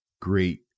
great